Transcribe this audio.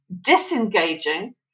disengaging